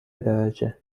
درجه